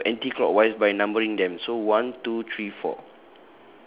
so we move anticlockwise by numbering them so one two three four